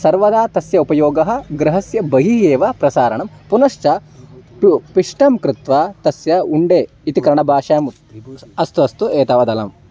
सर्वदा तस्य उपयोगः गृहस्य बहिः एव प्रसारणं पुनश्च पृ पिष्टं कृत्वा तस्य उण्डे इति कन्नड भाषायाम् उक् अस्तु अस्तु एतावदलम्